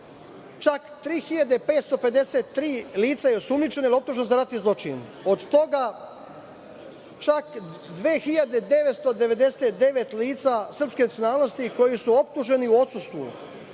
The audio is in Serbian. čak 3.553 lica je osumnjičeno ili optuženo za ratni zločin, od toga čak 2.999 lica srpske nacionalnosti koji su optuženi u odsustvu,